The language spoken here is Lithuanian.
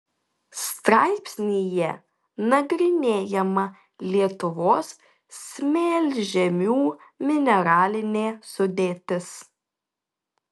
straipsnyje nagrinėjama lietuvos smėlžemių mineralinė sudėtis